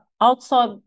outside